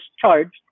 charged